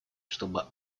чтобы